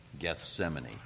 Gethsemane